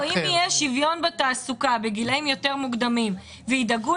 אם יהיה שוויון בתעסוקה בגילים יותר מוקדמים וידאגו